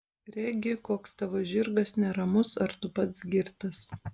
regi koks tavo žirgas neramus ar tu pats girtas